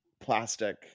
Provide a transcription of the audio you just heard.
plastic